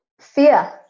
fear